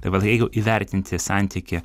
tai vat jeigu įvertinti santykį